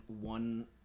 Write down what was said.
one